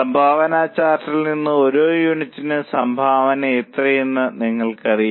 സംഭാവനാ ചാർട്ടിൽ നിന്ന് ഓരോ യൂണിറ്റിനും സംഭാവന എത്രയെന്ന് നിങ്ങൾക്കറിയാം